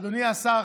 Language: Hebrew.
אדוני השר,